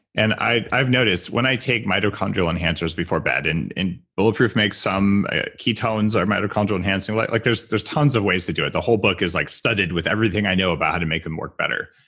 and i've noticed when i take mitochondrial enhancers before bed and and bulletproof makes some ketones or mitochondrial enhancement like like there's there's tons of ways to do it. the whole book is like studded with everything i know about how to make them work better.